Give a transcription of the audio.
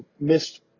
missed